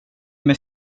med